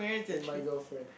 in my girlfriend